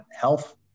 health